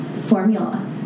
formula